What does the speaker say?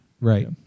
right